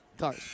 Cars